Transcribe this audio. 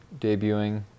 debuting